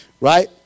right